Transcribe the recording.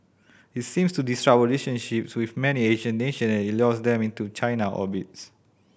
it seeks to disrupt our relationships with many Asian nation as it lures them into China orbits